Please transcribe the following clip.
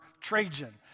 Trajan